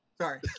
Sorry